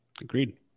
Agreed